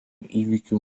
įvykių